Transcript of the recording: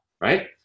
right